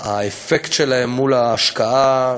האפקט שלהם מול ההשקעה,